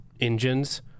engines